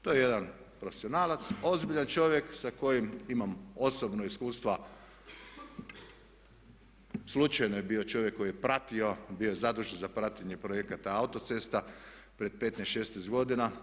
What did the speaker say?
To je jedan profesionalac, ozbiljan čovjek sa kojim imam osobno iskustva slučajno je bio čovjek koji je pratio, bio je zadužen za praćenje projekata autocesta pred 15, 16 godina.